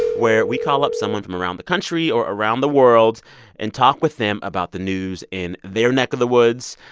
where we call up someone from around the country or around the world and talk with them about the news in their neck of the woods.